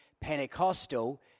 Pentecostal